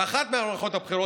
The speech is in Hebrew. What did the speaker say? באחת ממערכות הבחירות,